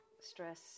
stress